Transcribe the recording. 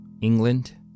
England